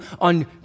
on